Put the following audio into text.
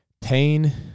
pain